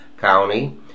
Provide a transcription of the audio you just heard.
County